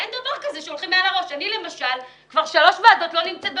יש ועדה שכולנו לא נמצאת בה.